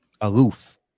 aloof